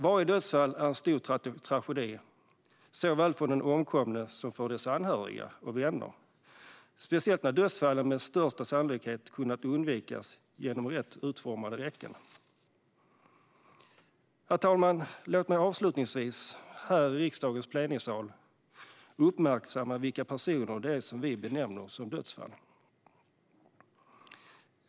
Varje dödsfall är en stor tragedi för såväl den omkomne som dennes anhöriga och vänner - speciellt när dödsfallen med största sannolikhet hade kunnat undvikas genom rätt utformade räcken. Herr talman! Låt mig avslutningsvis här i riksdagens plenisal uppmärksamma de personer som vi benämner som dödsfall.